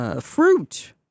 fruit